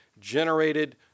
generated